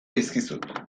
dizkizut